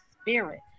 spirit